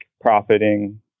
profiting